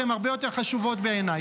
שהן הרבה יותר חשובות בעיניי.